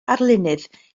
arlunydd